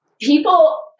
people